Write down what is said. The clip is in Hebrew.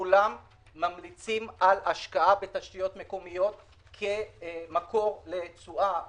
כולם ממליצים על השקעה בתשתיות מקומיות כמקור לתשואה לחוסכים,